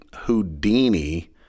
Houdini